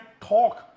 talk